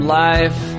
life